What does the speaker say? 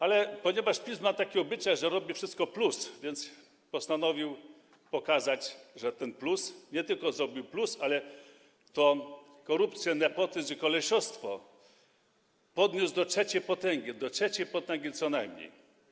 Ale ponieważ PiS ma taki obyczaj, że robi wszystko plus, więc postanowił pokazać, że ten plus to nie tylko plus, ale korupcję, nepotyzm i kolesiostwo podniósł do trzeciej potęgi, do trzeciej potęgi co najmniej.